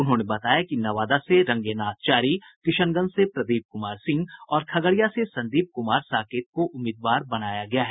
उन्होंने बताया कि नवादा से रंगेनाथ चारी किशनगंज से प्रदीप कुमार सिंह और खगड़िया से संदीप कुमार साकेत को उम्मीदवार बनाया गया है